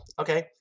Okay